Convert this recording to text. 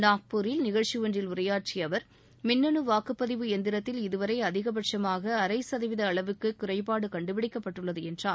நாக்பூரில் நிகழ்ச்சி ஒன்றில் உரையாற்றிய அவர் மின்னனு வாக்குப்பதிவு எந்திரத்தில் இதுவரை அதிகபட்சமாக அரை சதவீத அளவுக்கே குறைபாடு கண்டுபிடிக்கப்பட்டுள்ளது என்றார்